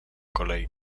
kolei